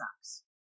sucks